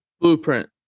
blueprint